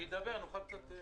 מי נגד?